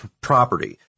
property